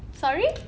sorry